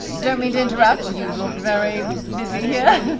don't mean to interrupt. you look very busy here.